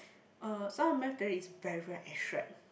uh some maths theory is very very abstract